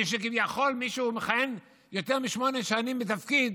שכביכול מי שמכהן יותר משמונה שנים בתפקיד